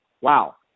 wow